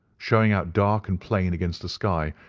showing out dark and plain against the sky,